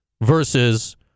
versus